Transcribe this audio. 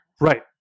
Right